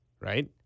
right